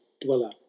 dweller